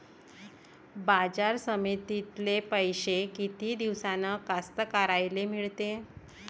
बाजार समितीतले पैशे किती दिवसानं कास्तकाराइले मिळते?